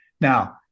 now